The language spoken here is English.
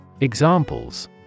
Examples